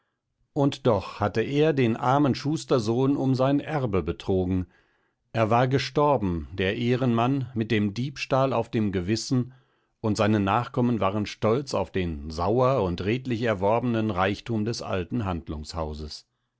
und doch hatte er den armen schustersohn um sein erbe betrogen er war gestorben der ehrenmann mit dem diebstahl auf dem gewissen und seine nachkommen waren stolz auf den sauer und redlich erworbenen reichtum des alten handlungshauses